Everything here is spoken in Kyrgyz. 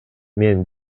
мен